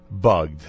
bugged